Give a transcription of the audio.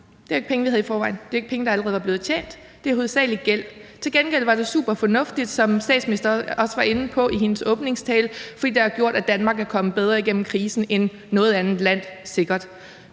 Det var ikke penge, vi havde i forvejen, det er ikke penge, der allerede var blevet tjent, det er hovedsagelig gæld. Til gengæld var det superfornuftigt, som statsministeren også var inde på i sin åbningstale, for det har gjort, at Danmark sikkert er kommet bedre igennem krisen end noget andet land. Det